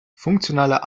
funktionaler